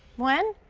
one?